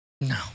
No